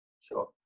Sure